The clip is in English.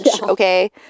Okay